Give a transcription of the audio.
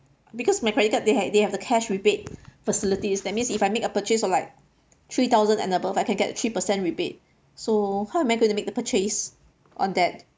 because my credit card they had they have the cash rebate facilities that means if I make a purchase of like three thousand and above I can get three percent rebate so how am I going to make the purchase on that